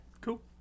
cool